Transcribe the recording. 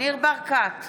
ניר ברקת,